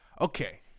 Okay